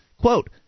Quote